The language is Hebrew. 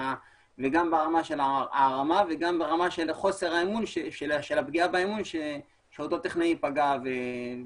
ההערמה והפגיעה באמון שאותו טכנאי גרם.